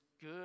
good